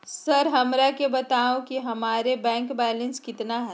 Sir हमरा के बताओ कि हमारे बैंक बैलेंस कितना है?